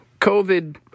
COVID